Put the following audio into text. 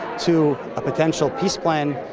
to a potential peace plan,